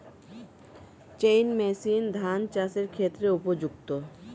Chain machine ধান চাষের ক্ষেত্রে উপযুক্ত?